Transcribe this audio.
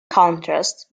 contrast